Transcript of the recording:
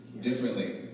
differently